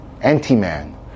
anti-man